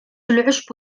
العشب